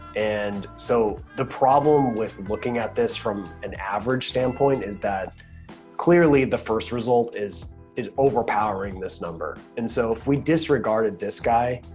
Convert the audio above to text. and so the problem with looking at this from an average standpoint is that clearly the first result is is overpowering this number. and so if we disregarded this guy,